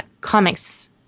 comics